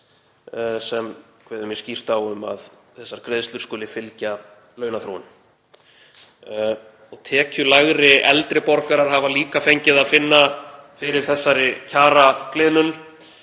sem kveður mjög skýrt á um að þessar greiðslur skuli fylgja launaþróun. Tekjulægri eldri borgarar hafa líka fengið að finna fyrir þessari kjaragliðnun.